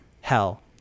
Hell